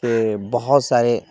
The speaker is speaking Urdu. کہ بہت سارے